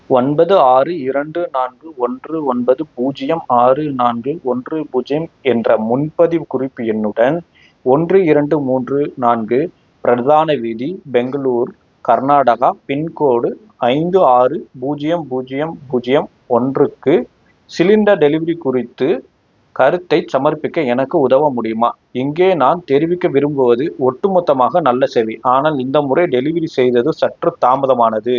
ஒன்பது ஆறு இரண்டு நான்கு ஒன்று ஒன்பது பூஜ்ஜியம் ஆறு நான்கு ஒன்று பூஜ்ஜியம் என்ற முன்பதிவு குறிப்பு எண்ணுடன் ஒன்று இரண்டு மூன்று நான்கு பிரதான வீதி பெங்களூர் கர்நாடகா பின்கோடு ஐந்து ஆறு பூஜ்ஜியம் பூஜ்ஜியம் பூஜ்ஜியம் ஒன்றுக்கு சிலிண்டர் டெலிவரி குறித்து கருத்தைச் சமர்ப்பிக்க எனக்கு உதவ முடியுமா இங்கே நான் தெரிவிக்க விரும்புவது ஒட்டுமொத்தமாக நல்ல சேவை ஆனால் இந்த முறை டெலிவரி செய்தது சற்று தாமதமானது